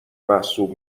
محسوب